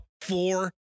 four